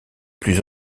plus